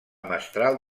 mestral